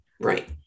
right